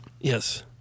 Yes